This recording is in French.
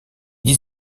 dix